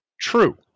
true